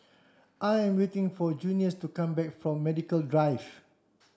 I am waiting for Junius to come back from Medical Drive